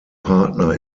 partner